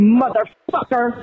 motherfucker